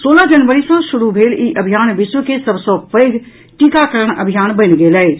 सोलह जनवरी सँ शुरू भेल ई अभियान विश्व के सभ सँ पैघ टीकाकरण अभियान बनि गेल अछि